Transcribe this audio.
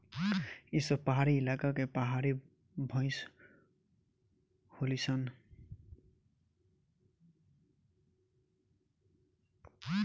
ई सब पहाड़ी इलाका के पहाड़ी भईस होली सन